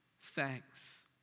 thanks